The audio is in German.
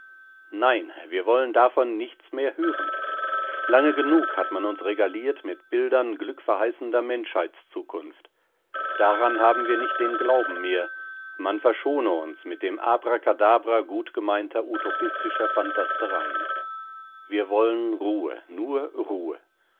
nein wir wollen davon nichts mehr hören lange genug hat man uns regaliert mit bildern glückverheißender menschheitszukunft daran haben wir nicht den glauben mehr man verschone uns mit dem abrakadabra gutgemeinter utopistischer phantastereien wir wollen ruhe nur ruhe